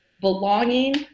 belonging